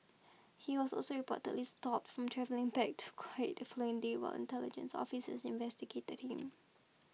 he was also reportedly stopped from travelling back to Kuwait the following day while intelligence officers investigated him